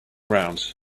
around